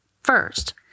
First